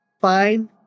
fine